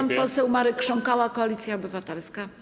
Pan poseł Marek Krząkała, Koalicja Obywatelska.